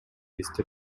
эстеп